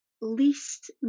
least